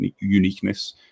uniqueness